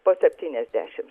po septyniasdešimts